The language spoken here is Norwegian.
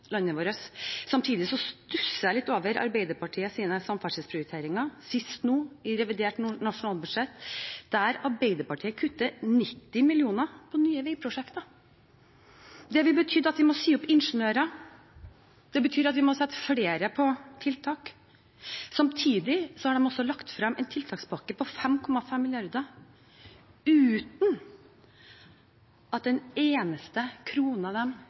Samtidig stusser jeg litt over Arbeiderpartiets samferdselsprioriteringer – sist nå, i revidert nasjonalbudsjett, der Arbeiderpartiet kutter 90 mill. kr til nye veiprosjekter. Det vil bety at man må si opp veiingeniører, det betyr at vi må sette flere på tiltak. Samtidig har de altså lagt frem en tiltakspakke på 5,5 mrd. kr uten at en eneste krone